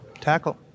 tackle